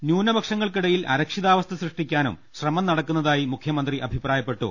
ന്യൂനപക്ഷങ്ങൾക്കിടയിൽ അരക്ഷിതാവസ്ഥ സൃഷ്ടിക്കാനും ശ്രമം നടക്കുന്നതായി മുഖ്യമന്ത്രി അഭിപ്രായപ്പെട്ടു